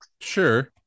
Sure